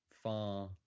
Far